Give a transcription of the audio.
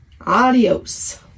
Adios